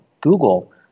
Google